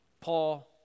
Paul